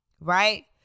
right